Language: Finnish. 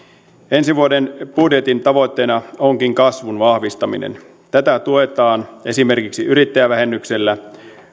ensi vuoden budjetin tavoitteena onkin kasvun vahvistaminen tätä tuetaan esimerkiksi yrittäjävähennyksellä